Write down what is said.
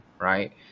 right